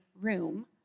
room